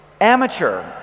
Amateur